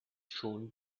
schon